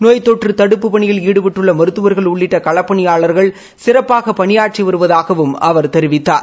நோய் தொற்று தடுப்புப் பணியில் ஈடுபட்டுள்ள மருத்துவா்கள் உள்ளிட்ட களப்பணியாளா்கள் சிறப்பாக பணியாற்றி வருவதாகவும் அவர் தெரிவித்தார்